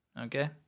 Okay